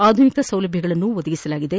ಆಧುನಿಕ ಸೌಲಭ್ಯಗಳನ್ನು ಒದಗಿಸಲಾಗಿದೆ